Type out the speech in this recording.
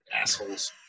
assholes